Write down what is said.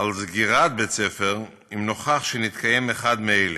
על סגירת בית-ספר, אם נוכח שנתקיים אחד מאלה: